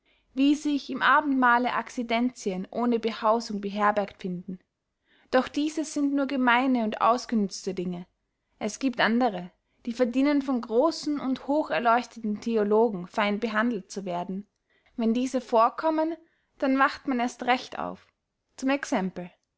wie sich im abendmahle accidentien ohne behausung beherbergt befinden doch dieses sind nur gemeine und ausgenützte dinge es giebt andere die verdienen von grossen und hocherleuchteten theologen fein behandelt zu werden wenn diese vorkommen dann wacht man erst recht auf zum exempel